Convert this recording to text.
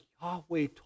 Yahweh